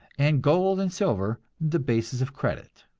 and gold and silver, the bases of credit.